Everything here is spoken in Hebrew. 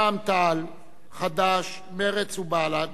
רע"ם-תע"ל, חד"ש, מרצ ובל"ד